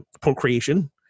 procreation